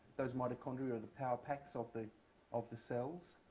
those mitochondria are the power packs of the of the cells.